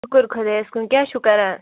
شکر خۄدایَس کُن کیٛاہ چھُو کَران